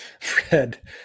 Fred